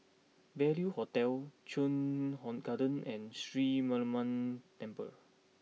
Value Hotel Chuan Garden and Sri Mariamman Temple